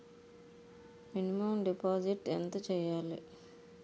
Minimum deposit ఎంత చెయ్యాలి?